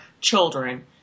children